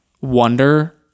wonder